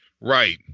Right